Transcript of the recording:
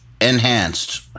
Enhanced